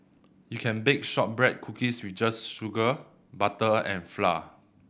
you can bake shortbread cookies with just sugar butter and flour